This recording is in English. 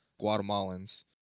Guatemalans